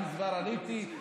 אם כבר עליתי,